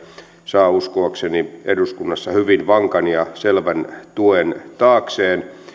saa uskoakseni eduskunnassa hyvin vankan ja selvän tuen taakseen